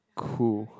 cool